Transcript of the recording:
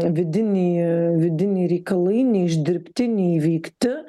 vidiniai vidiniai reikalai neišdirbti neįveikti